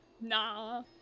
Nah